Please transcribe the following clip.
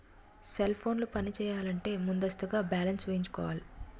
cell ఫోన్లు పనిచేయాలంటే ముందస్తుగా బ్యాలెన్స్ వేయించుకోవాలి